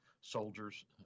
soldiers